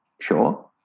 sure